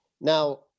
now